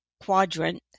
quadrant